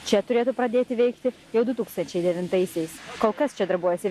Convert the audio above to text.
čia turėtų pradėti veikti jau du tūkstančiai devintaisiais kol kas čia darbuojasi